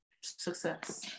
success